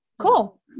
Cool